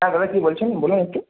হ্যাঁ দাদা কী বলছেন বলুন একটু